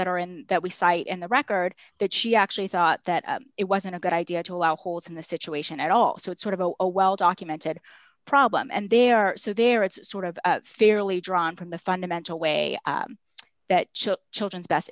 that are in that we cite in the record that she actually thought that it wasn't a good idea to allow holes in the situation at all so it's sort of a a well documented problem and there are so there it's sort of fairly drawn from the fundamental way that children's best